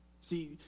See